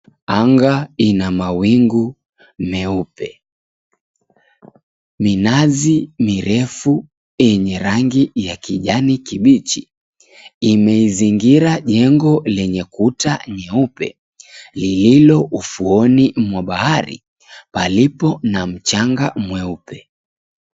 Anga ina mawingu meupe. Minazi mirefu yenye rangi ya kijani kibichi zimezingira jengo lenye kuta nyeupe lililo ufuoni mwa bahari palipo na mchanga mweupe.